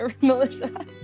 Melissa